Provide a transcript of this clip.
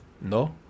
no